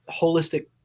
holistic